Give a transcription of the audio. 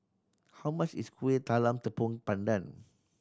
how much is Kuih Talam Tepong Pandan